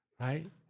Right